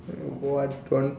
what